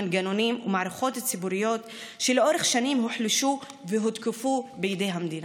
מנגנונים ומערכות ציבוריות שלאורך שנים הוחלשו והותקפו בידי המדינה.